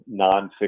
nonfiction